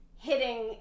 hitting